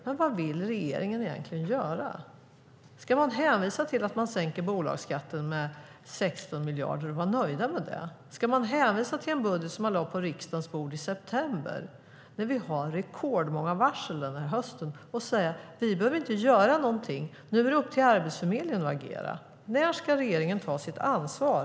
Men vad vill regeringen egentligen göra? Ska man hänvisa till att man sänker bolagsskatten med 16 miljarder och vara nöjd med det? Ska man hänvisa till en budget som man lade på riksdagens bord i september när vi den här hösten har rekordmånga varsel och sedan säga att man inte behöver göra något utan att det är upp till Arbetsförmedlingen att agera? När ska regeringen ta sitt ansvar?